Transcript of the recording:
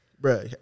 bro